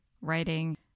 writing